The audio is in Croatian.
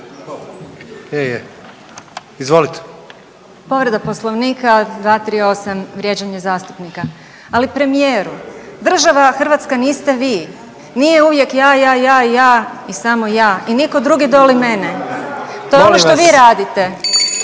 Povreda Poslovnika 238. vrijeđanje zastupnika, ali premijeru država Hrvatska niste vi, nije uvijek ja, ja, ja i ja i samo ja i nitko drugi doli mene. To je ono što vi radite.